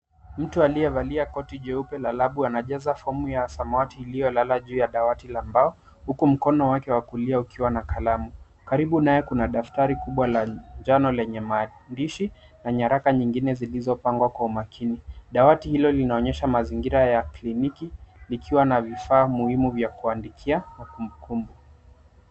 Mtu aliyevalia koti jeupe la labu anajaza fomu ya samawati iliyolala juu ya dawati la mbao. Huko mkono wake wa kulia ukiwa na kalamu. Karibu naye kuna daftari kubwa la njano lenye mandishii na nyaraka nyingine zilizopangwa kwa umakini. Dawati hilo linaonyesha mazingira ya kiliniki likiwa na vifaa muhimu vya kuandikia na kumbukumbu.